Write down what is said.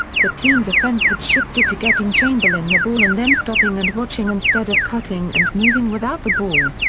the team's offense had shifted to getting chamberlain the ball and then stopping and watching instead of cutting and moving without the ball.